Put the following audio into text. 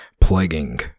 plaguing